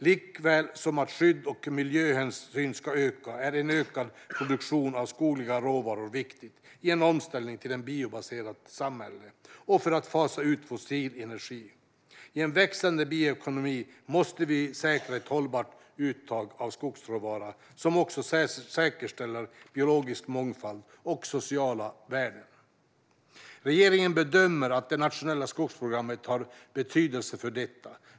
Likaväl som att skydd och miljöhänsyn ska öka är en ökad produktion av skogliga råvaror viktig i en omställning till ett biobaserat samhälle och en utfasning av fossil energi. I en växande bioekonomi måste vi säkra ett hållbart uttag av skogsråvara som också säkerställer biologisk mångfald och sociala värden. Regeringen bedömer att det nationella skogsprogrammet har betydelse för detta.